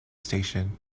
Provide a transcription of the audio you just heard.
station